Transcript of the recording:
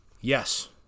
Yes